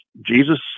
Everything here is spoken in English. Jesus